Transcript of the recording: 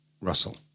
Russell